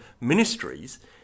ministries